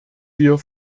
wir